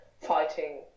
fighting